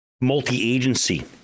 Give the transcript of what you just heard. multi-agency